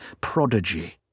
prodigy